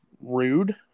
rude